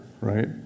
right